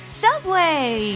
subway